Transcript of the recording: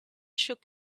shook